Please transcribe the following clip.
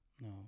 No